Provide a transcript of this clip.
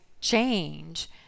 change